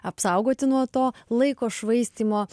apsaugoti nuo to laiko švaistymo